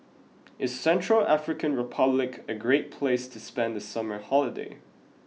is Central African Republic a great place to spend the summer holiday